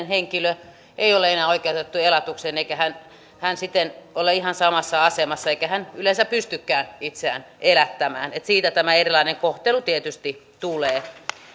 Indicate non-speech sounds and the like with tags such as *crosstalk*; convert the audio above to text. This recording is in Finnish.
*unintelligible* henkilö ei ole enää oikeutettu elatukseen eikä hän hän siten ole ihan samassa asemassa eikä hän yleensä pystykään itseään elättämään siitä tämä erilainen kohtelu tietysti tulee